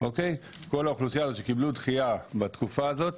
כל האוכלוסייה הזו שקיבלו דחייה בתקופה הזאת,